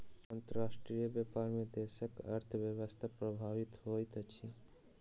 अंतर्राष्ट्रीय व्यापार में देशक अर्थव्यवस्था प्रभावित होइत अछि